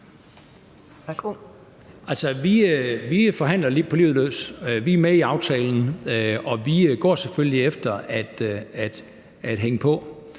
Thulesen Dahl (DF): Vi er med i aftalen, og vi går selvfølgelig efter at hænge på.